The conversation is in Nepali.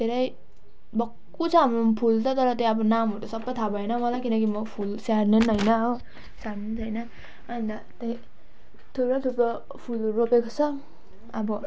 धेरै भक्कु छ हाम्रोमा फुल त तर त्यहाँ अब नामहरू सबै थाहा भएन मलाई किनकि म फुल स्याहार्ने पनि होइन हो स्याहार्ने पनि होइन अन्त त्यही थुप्रो थुप्रो फुलहरू रोपेको छ अब